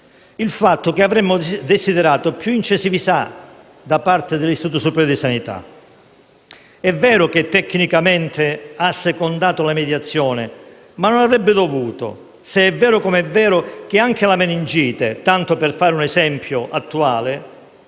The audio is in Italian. il fatto che avremmo desiderato più incisività da parte dell'Istituto superiore di sanità. È vero che tecnicamente ha assecondato la mediazione, ma non avrebbe dovuto, se è vero, com'è vero, che anche la meningite, tanto per fare un esempio attuale,